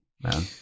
man